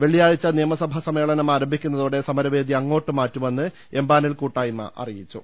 വെള്ളിയാഴ്ച്ച നിയമസഭാ സമ്മേളനം ആരംഭിക്കുന്നതോടെ സമരവേദി അങ്ങോട്ട് മാറ്റുമെന്ന് എംപാനൽ കൂട്ടായ്മ അറിയിച്ചു